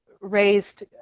raised